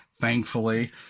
thankfully